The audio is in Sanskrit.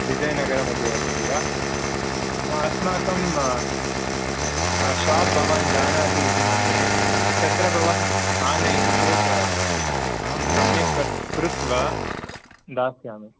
विजयनगरमध्ये वसति वा अस्माकं शाप् भवान् जानाति इति मन्ये तत्र भवान् आनयति चेत् अहम् सम्यक् कर् कृत्वा दास्यामि